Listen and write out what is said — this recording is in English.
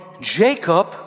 Jacob